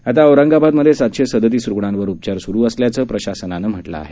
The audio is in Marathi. आता औरंगाबादमध्ये सातशे सदतीस रुग्णांवर उपचार सुरू असल्याचं प्रशासनानं कळवलं आहे